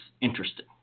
interesting